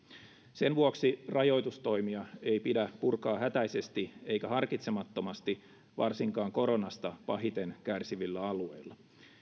sen vuoksi rajoitustoimia ei pidä purkaa hätäisesti eikä harkitsemattomasti varsinkaan koronasta pahiten kärsivillä alueilla